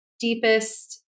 deepest